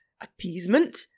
appeasement